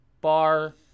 bar